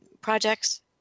projects